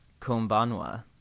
Kombanwa